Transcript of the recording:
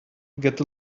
get